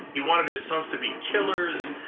he wanted his sons to be killers,